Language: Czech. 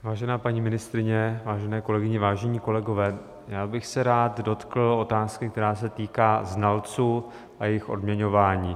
Vážená paní ministryně, vážené kolegyně, vážení kolegové, já bych se rád dotkl otázky, která se týká znalců a jejich odměňování.